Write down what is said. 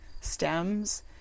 stems